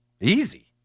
Easy